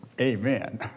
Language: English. amen